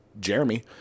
Jeremy